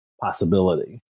possibility